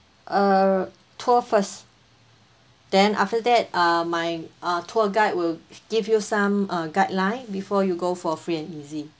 err tour first then after that uh my uh tour guide will give you some uh guideline before you go for free and easy